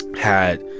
had,